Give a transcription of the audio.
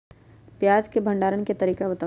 प्याज के भंडारण के तरीका बताऊ?